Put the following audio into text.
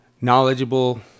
knowledgeable